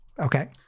Okay